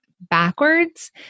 backwards